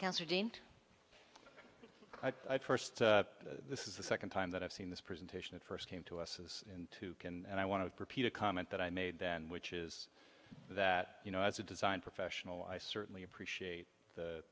cancer dreamed i first this is the second time that i've seen this presentation it first came to us as two can and i want to repeat a comment that i made then which is that you know as a design professional i certainly appreciate the